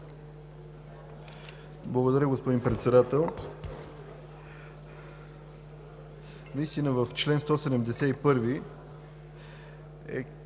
Благодаря, господин Председател. Наистина в чл. 171 е